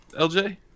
LJ